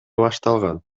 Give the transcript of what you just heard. башталган